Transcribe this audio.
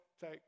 take